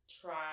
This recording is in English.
try